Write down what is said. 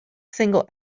single